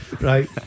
right